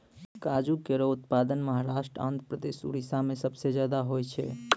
काजू केरो उत्पादन महाराष्ट्र, आंध्रप्रदेश, उड़ीसा में सबसे जादा होय छै